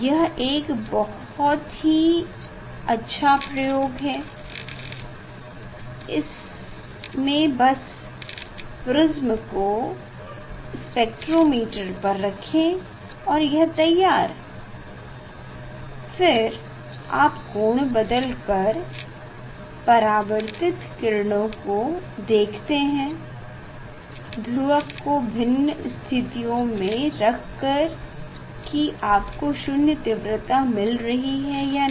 यह एक बहोत ही अच्छा प्रयोग है बस प्रिस्म को इस स्पेक्टरोमिटर पर रखे और यह तैयार फिर आप कोण बदल कर प्रवर्तित किरणों को देखते है ध्रुवक को विभिन्न स्थितियों में रख कर की आपको शून्य तीव्रता मिल रही है या नहीं